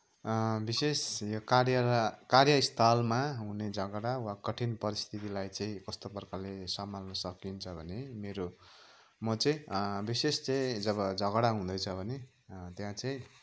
विशेष यो कार्य र कार्यस्थलमा हुने झगडा वा कठिन परिस्थितिलाई चाहिँ कस्तो प्रकारले सम्हाल्नु सकिन्छ भने मेरो म चाहिँ विशेष चाहिँ जब झगडा हुँदैछ भने त्यहाँ चाहिँ